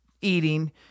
eating